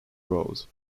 road